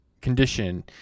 condition